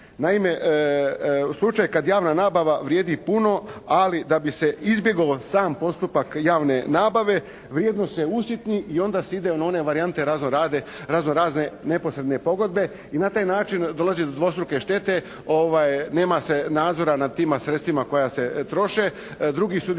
Naime, slučaj kad javna nabava vrijedi puno ali da bi se izbjegao sam postupak javne nabave, vrijednost se usitni i onda se ide na one varijante razno-razne neposredne pogodbe i na taj način dolazi do dvostruke štete, nema se nadzora nad tima sredstvima koja se troše.